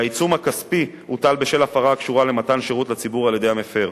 והעיצום הכספי הוטל בשל הפרה הקשורה למתן שירות לציבור על-ידי המפר.